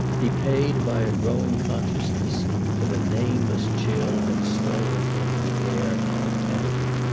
he paid by a growing consciousness that a nameless chill had stolen into the air the penalty,